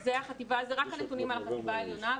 זה רק הנתונים על החטיבה העליונה.